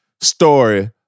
story